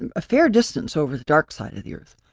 and a fair distance over the dark side of the earth.